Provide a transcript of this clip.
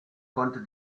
konnte